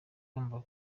igomba